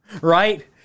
Right